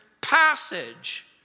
passage